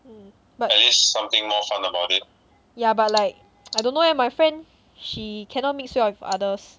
mm but yeah but like I don't know eh my friend she cannot mix well with others